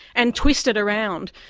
and twist it around.